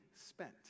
spent